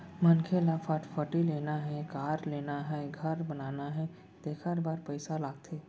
मनखे ल फटफटी लेना हे, कार लेना हे, घर बनाना हे तेखर बर पइसा लागथे